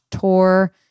tour